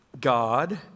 God